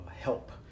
help